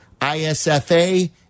ISFA